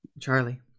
Charlie